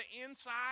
inside